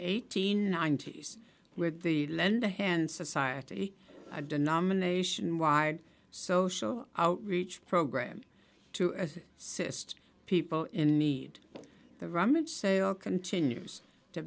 eighteen nineteen years with the lend a hand society a denomination wide social outreach program to a cyst people in need the rummage sale continues to